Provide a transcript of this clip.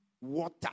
water